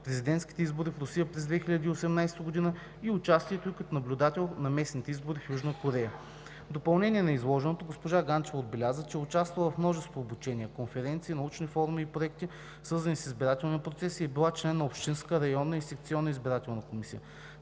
президентските избори в Русия през 2018 г. и участието ѝ като наблюдател на местните избори в Южна Корея. В допълнение на изложеното госпожа Ганчева отбеляза, че е участвала в множество обучения, конференции, научни форуми и проекти, свързани с избирателния процес, и е била член на общинска, районна и секционна избирателна комисии.